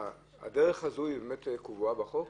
הדרך שאתה מדבר עליה עכשיו קבועה בחוק